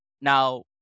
Now